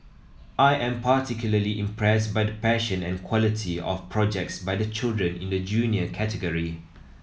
I am particularly impressed by the passion and quality of projects by the children in the Junior category